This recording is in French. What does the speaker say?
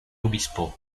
obispo